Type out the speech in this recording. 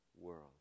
world